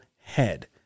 head